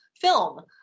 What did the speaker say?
film